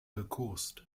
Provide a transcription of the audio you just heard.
gekost